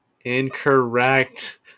Incorrect